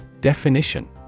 Definition